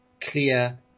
clear